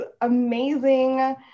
amazing